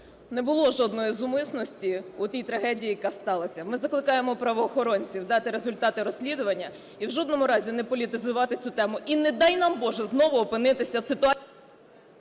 Не було жодної зумисності у тій трагедії, яка сталася. Ми закликаємо правоохоронців дати результати розслідування і в жодному разі не політизувати цю тему. І не дай нам Боже, знову опинитися в ситуації…